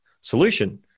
solution